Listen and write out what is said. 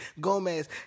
Gomez